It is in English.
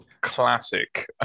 Classic